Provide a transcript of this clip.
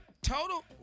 total